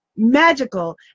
magical